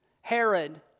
Herod